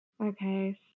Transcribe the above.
okay